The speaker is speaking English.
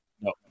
No